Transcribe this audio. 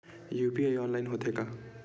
UPI online होथे का?